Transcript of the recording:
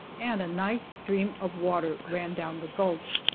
and a nice stream of water ran down the gulch.